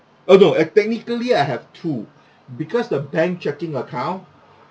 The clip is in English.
uh no uh technically I have two because the bank chequing account